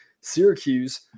Syracuse